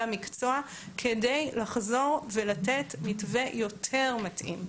המקצוע כדי לחזור ולתת מתווה יותר מתאים.